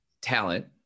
talent